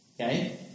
Okay